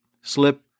slip